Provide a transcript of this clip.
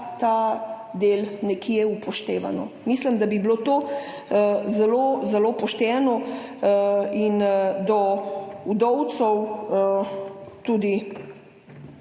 ta del nekje upošteva. Mislim, da bi bilo to zelo, zelo pošteno in do vdovcev tudi